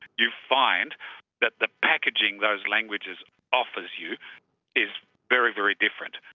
you find that the packaging those languages offers you is very, very different.